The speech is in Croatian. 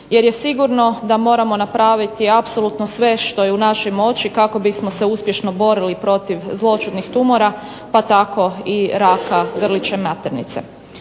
jer je sigurno da moramo napraviti apsolutno sve što je u našoj moći kako bismo se uspješno borili protiv zloćudnih tumora, pa tako i raka grlića maternice.